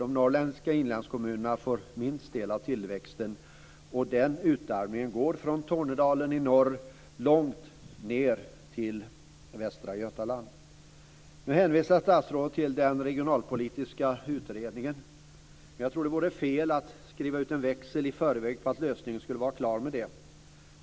De norrländska inlandskommunerna får den minsta andelen av tillväxten, och den utarmningen går från Tornedalen i norr ned till Västra Götaland. Nu hänvisar statsrådet till den regionalpolitiska utredningen. Men det vore fel att skriva ut en växel i förväg och tro lösningen skulle vara klar med det.